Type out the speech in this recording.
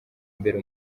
imbere